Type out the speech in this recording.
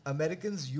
Americans